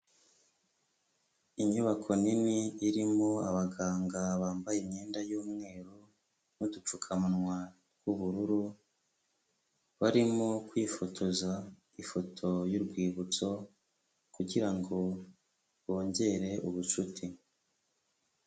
Inyubako nini irimo abaganga bambaye imyenda y'umweru n'udupfukamunwa tw'ubururu, barimo kwifotoza ifoto y'urwibutso kugira ngo bongere ubucuti.